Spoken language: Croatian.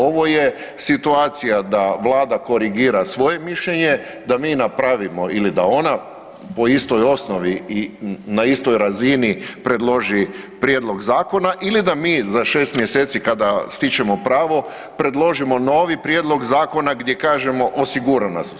Ovo je situacija da Vlada korigira svoje mišljenje, da mi napravimo ili da ona po istoj osnovi i na istoj razini predloži Prijedlog zakona ili da mi za 6 mjeseci kada stječemo pravo predložimo novi Prijedlog zakona gdje kažemo osigurana su sredstva.